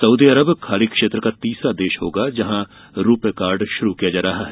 Saudi Arab खाड़ी क्षेत्र का तीसरा देश होगा जहां रूपे कार्ड श्रू किया जा रहा है